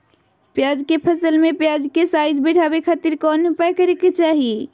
प्याज के फसल में प्याज के साइज बढ़ावे खातिर कौन उपाय करे के चाही?